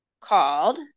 called